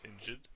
injured